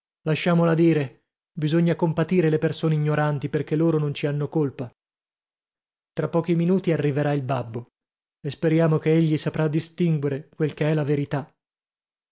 lasciamola dire bisogna compatire le persone ignoranti perché loro non ci hanno colpa tra pochi minuti arriverà il babbo e speriamo che egli saprà distinguere quel che è la verità